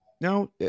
no